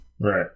Right